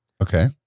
Okay